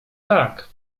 tak